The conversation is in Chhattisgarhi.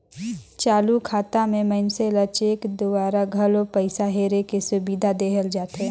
चालू खाता मे मइनसे ल चेक दूवारा घलो पइसा हेरे के सुबिधा देहल जाथे